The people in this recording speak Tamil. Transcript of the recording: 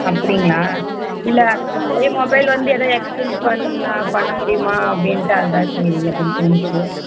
அப்படிங்களா இல்லை அதுதான் பழைய மொபைல் வந்து எதாது எக்ஸ்சேஞ் பண்ணால் பண்ண முடியுமா அப்படின்ட்டு அதுதான் சரி அப்படின் தோணுச்சு